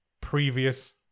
previous